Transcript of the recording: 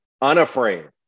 unafraid